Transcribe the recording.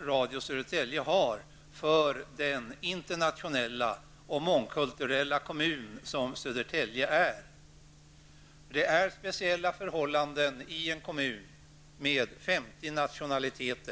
Radio Södertälje har för den internationella och mångkulturella kommunen Södertälje. Det är speciella förhållanden i en kommun med 50 nationaliteter.